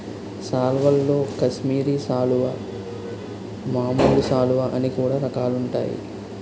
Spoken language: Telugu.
సాల్వల్లో కాశ్మీరి సాలువా, మామూలు సాలువ అని కూడా రకాలుంటాయి